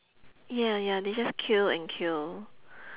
ya ya they just kill and kill